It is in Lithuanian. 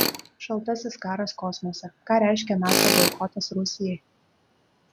šaltasis karas kosmose ką reiškia nasa boikotas rusijai